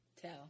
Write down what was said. tell